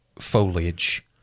foliage